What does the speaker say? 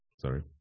Sorry